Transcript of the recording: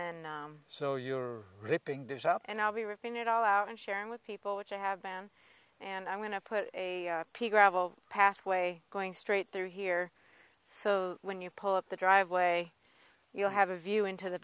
then so you're ripping this up and i'll be ripping it all out and sharing with people which i have been and i'm going to put a pea gravel pathway going straight through here so when you pull up the driveway you'll have a view into the